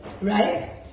Right